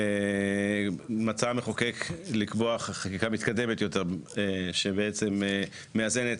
מצא המחוקק לקבוע חקיקה מתקדמת יותר שבעצם מאזנת